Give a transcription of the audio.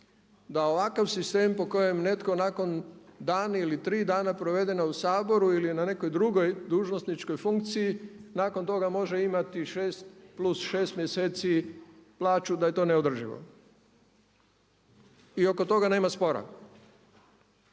da ovakav sistem po kojem netko nakon dan ili tri dana provedena u Saboru ili na nekoj drugoj dužnosničkoj funkciji nakon toga može imati šest plus šest mjeseci plaću da je to neodrživo i oko toga nema spora.